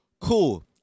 cool